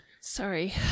Sorry